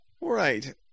right